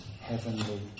heavenly